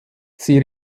sie